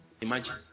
Imagine